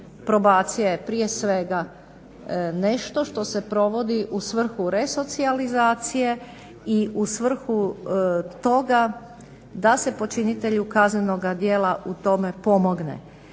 probacija je prije svega nešto što se provodi u svrhu resocijalizacije i u svrhu toga da se počinitelju kaznenoga djela u tome pomogne.